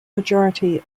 majority